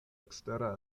ekstera